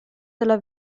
della